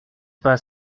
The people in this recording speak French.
pas